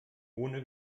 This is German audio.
ohne